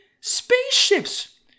spaceships